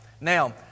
Now